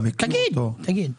תגיד.